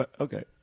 Okay